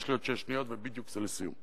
יש לי עוד שש שניות ובדיוק זה לסיום.